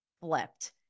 flipped